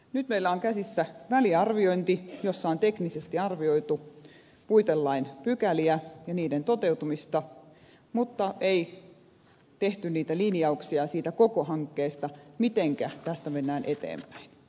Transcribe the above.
nyt meillä on käsissä väliarviointi jossa on teknisesti arvioitu puitelain pykäliä ja niiden toteutumista mutta ei ole tehty siitä koko hankkeesta niitä linjauksia mitenkä tästä mennään eteenpäin